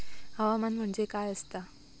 हवामान म्हणजे काय असता?